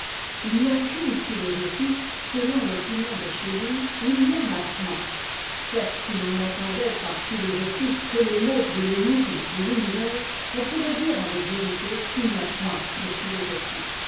il n'y a qu'une philosophie selon l'opinion de seheuing ou il n'y en a point certes si l'on n'entendait par philosophie que le mot de t'énigme de l'univers on pourrait dire avec vérité qu'il n'y a point de philosophie